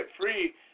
free